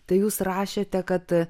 tai jūs rašėte kad